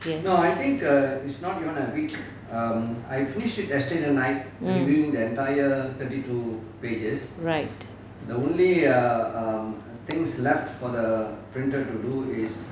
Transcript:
yes mm right